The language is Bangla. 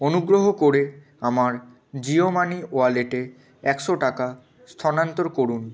অনুগ্রহ করে আমার জিওমানি ওয়ালেটে একশো টাকা স্থানান্তর করুন